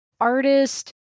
artist